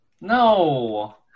No